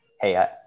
hey